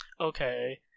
Okay